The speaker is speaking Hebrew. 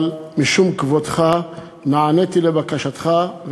אבל משום כבודך נעניתי לבקשתך,